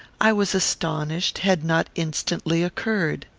i was astonished had not instantly occurred.